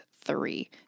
three